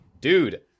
Dude